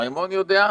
מימון יודע,